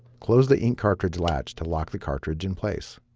close the ink cartridge latch to lock the cartridge in place.